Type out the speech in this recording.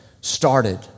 started